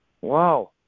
Wow